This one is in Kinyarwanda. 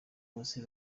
bose